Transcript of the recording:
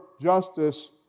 justice